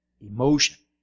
emotion